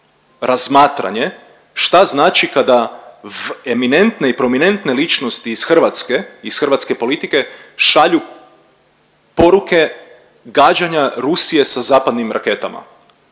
razmatranje šta znači kada eminentne i prominentne ličnosti iz Hrvatske, iz hrvatske politike šalju poruke gađanja Rusije sa zapadnim raketama